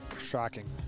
Shocking